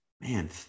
man